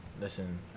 listen